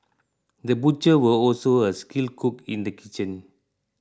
the butcher was also a skilled cook in the kitchen